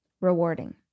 rewarding